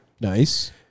Nice